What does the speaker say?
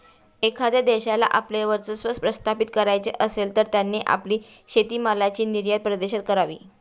एखाद्या देशाला आपले वर्चस्व प्रस्थापित करायचे असेल, तर त्यांनी आपली शेतीमालाची निर्यात परदेशात करावी